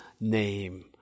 name